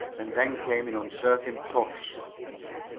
and then came in uncertain puffs.